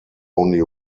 only